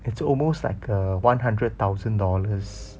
it's almost like a one hundred thousand dollars